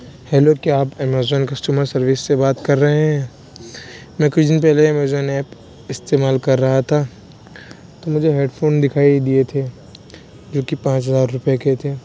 hello کیا آپ Amazon customer service سے بات کر رہے ہیں میں کچھ دن پہلے امیزون ایپ استعمال کر رہا تھا تو مجھے ہیڈ فون دکھائی دیے تھے جو کہ پانچ ہزار روپئے کے تھے